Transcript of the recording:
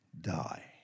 die